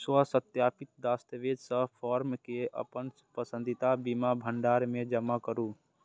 स्वसत्यापित दस्तावेजक संग फॉर्म कें अपन पसंदीदा बीमा भंडार मे जमा करू